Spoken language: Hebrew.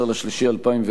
16 במרס 2011,